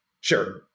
sure